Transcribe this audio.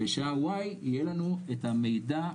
בשעה Y יהיה לנו את המידע,